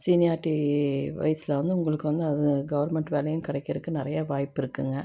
seniority வயசில் வந்து உங்களுக்கு வந்து அது கவர்மெண்ட் வேலையும் கிடைக்கிறக்கு நிறைய வாய்ப்பு இருக்குதுங்க